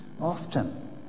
often